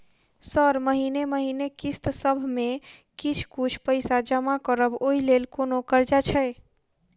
Sir महीने महीने किस्तसभ मे किछ कुछ पैसा जमा करब ओई लेल कोनो कर्जा छैय?